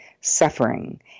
suffering